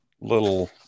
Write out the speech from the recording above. little